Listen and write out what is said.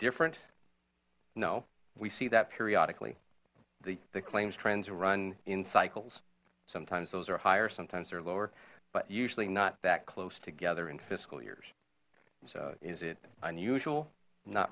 different no we see that periodically the the claims trends run in cycles sometimes those are higher sometimes they're lower but usually not that close together in fiscal years so is it unusual not